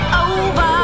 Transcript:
over